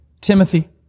Timothy